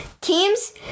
Teams